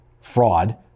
fraud